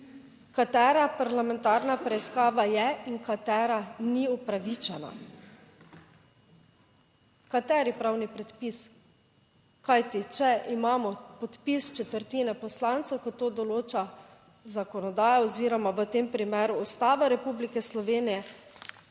katera parlamentarna preiskava je in katera ni upravičena. Kateri pravni predpis? Kajti, če imamo podpis četrtine poslancev, kot to določa zakonodaja oziroma v tem primeru Ustava Republike Slovenije,